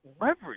leverage